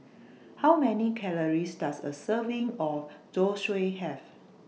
How Many Calories Does A Serving of Zosui Have